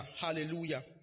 Hallelujah